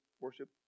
worship